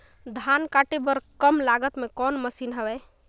धान काटे बर कम लागत मे कौन मशीन हवय?